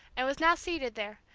and was now seated there,